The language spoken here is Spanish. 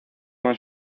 más